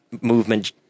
movement